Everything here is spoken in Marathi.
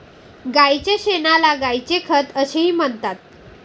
गायीच्या शेणाला गायीचे खत असेही म्हणतात